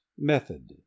Method